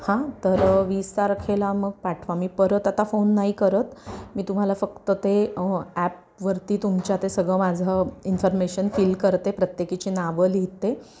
हां तर वीस तारखेला मग पाठवा मी परत आता फोन नाही करत मी तुम्हाला फक्त ते ॲपवरती तुमच्या ते सगळं माझं इन्फर्मेशन फिल करते प्रत्येकीची नावं लिहिते